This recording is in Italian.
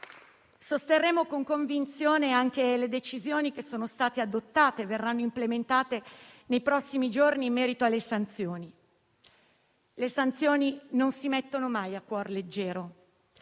Sosterremo con convinzione anche le decisioni che sono state adottate e che verranno implementate nei prossimi giorni in merito alle sanzioni. Le sanzioni non si mettono mai a cuor leggero